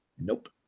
Nope